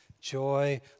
joy